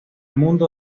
mundo